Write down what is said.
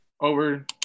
over –